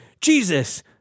Jesus